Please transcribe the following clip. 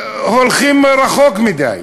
הולכים רחוק מדי?